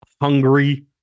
hungry